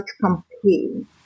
campaign